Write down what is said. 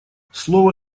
слово